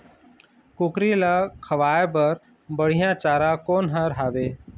कुकरी ला खवाए बर बढीया चारा कोन हर हावे?